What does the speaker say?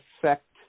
affect